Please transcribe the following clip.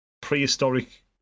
prehistoric